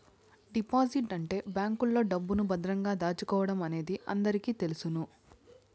deposit అంటే బ్యాంకులో డబ్బును భద్రంగా దాచడమనేది అందరికీ తెలుసును